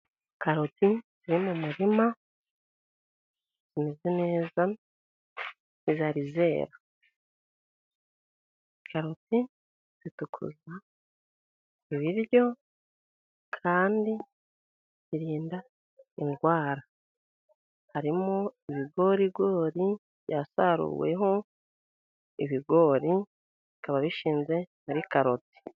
Karoti ziri mu murima zimeze neza ntizari zera. Karoti zitukuza ibiryo, kandi zirinda indwara. Harimo ibigorigori byasaruweho ibigori, bikaba bishinze muri karoti.